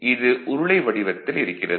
இது உருளை வடிவத்தில் இருக்கிறது